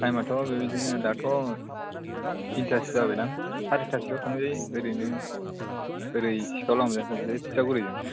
time आथ' बेबायदिनो दाथ' तिनतासो जाबायखोमा सारितासोआव थांनो हागोन ओरैनो ओरै सिखाव लामाजों थांनो हायो तितागुरिजों